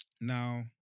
Now